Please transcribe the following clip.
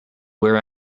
wear